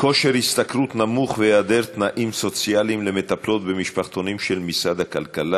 שכר נמוך והיעדר תנאים סוציאליים למטפלות במשפחתונים של משרד הכלכלה,